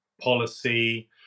policy